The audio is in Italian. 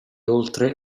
oltre